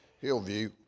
Hillview